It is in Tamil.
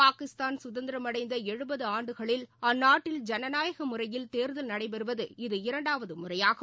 பாகிஸ்தான் சுதந்திரமடைந்த எழுபது ஆண்டுகளில் அந்நாட்டில் ஜனநாயக முறையில் தேர்தல் நடைபெறுவது இது இரண்டாவது முறையாகும்